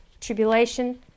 Tribulation